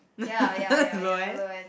Loann